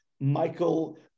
Michael